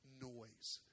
noise